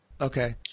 Okay